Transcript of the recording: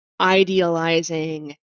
idealizing